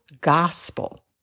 gospel